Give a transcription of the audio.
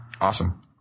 Awesome